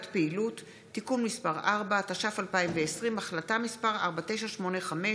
(תיקון), התש"ף 2020, החלטה מס' 4984,